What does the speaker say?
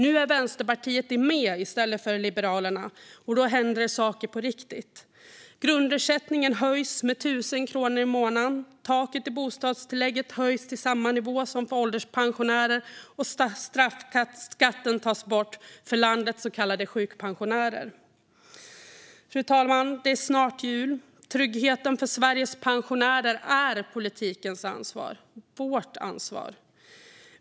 Nu är Vänsterpartiet med i stället för Liberalerna, och då händer det saker på riktigt. Grundersättningen höjs med 1 000 kronor i månaden. Taket i bostadstillägget höjs till samma nivå som för ålderspensionärer, och straffskatten tas bort för landets så kallade sjukpensionärer. Fru talman! Det är snart jul. Tryggheten för Sveriges pensionärer är politikens ansvar - vårt ansvar.